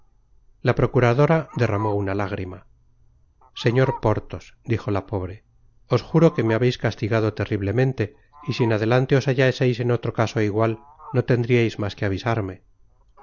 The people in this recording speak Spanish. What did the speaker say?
la procuradora derramó una lágrima señor porthos dijo la pobre os juro que me habeis castigado terriblemente y si en adelante os hallaseis en otro caso igual no tendríais mas que avisarme